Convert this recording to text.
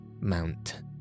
Mount